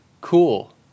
Cool